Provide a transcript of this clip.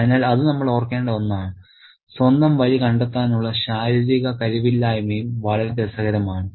അതിനാൽ അത് നമ്മൾ ഓർക്കേണ്ട ഒന്നാണ് സ്വന്തം വഴി കണ്ടെത്താനുള്ള ശാരീരിക കഴിവില്ലായ്മയും വളരെ രസകരമാണ്